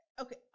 Okay